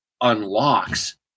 unlocks